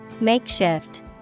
Makeshift